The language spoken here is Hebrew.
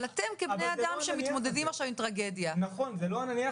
אבל אתם כבני אדם שמתמודדים עם טרגדיה --- אבל השאלות הללו